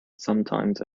sometimes